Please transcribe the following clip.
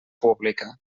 pública